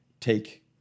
take